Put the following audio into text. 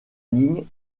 ligne